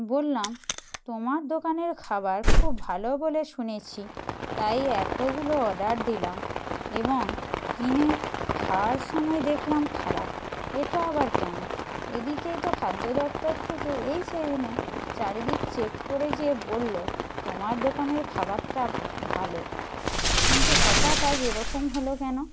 বললাম তোমার দোকানের খাবার খুব ভালো বলে শুনেছি তাই এতোগুলো অর্ডার দিলাম এবং কিনে খাওয়ার সময় দেখলাম খারাপ এটা আবার কেমন এদিকেই তো খাদ্য দপ্তর থেকে এই সেদিনে চারিদিক চেক করে যেয়ে বলো তোমার দোকানের খাবারটা ভালো কিন্তু হটাৎ আজ এরকম হলো কেন